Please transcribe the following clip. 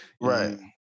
Right